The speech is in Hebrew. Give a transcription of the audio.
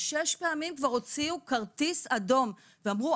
שש פעמים כבר הוציאו כרטיס אדום ואמרו,